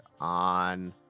on